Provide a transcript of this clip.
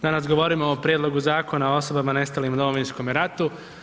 Danas govorimo o prijedlogu Zakona o osobama nestalim u Domovinskom ratu.